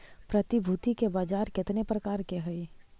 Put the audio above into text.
प्रतिभूति के बाजार केतने प्रकार के हइ?